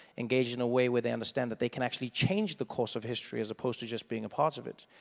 engaged in a way where they understand that they can actually change the course of history as opposed to just being a part of it.